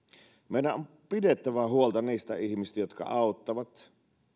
meidän on pidettävä huolta niistä ihmisistä jotka auttavat